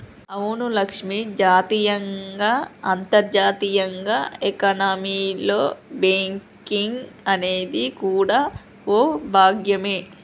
అవును లక్ష్మి జాతీయంగా అంతర్జాతీయంగా ఎకానమీలో బేంకింగ్ అనేది కూడా ఓ భాగమే